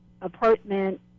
apartment